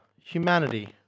Humanity